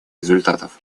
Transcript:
результатов